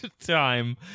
time